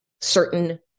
certain